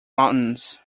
mountains